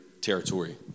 territory